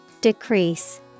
Decrease